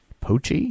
Poche